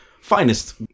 finest